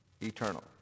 eternal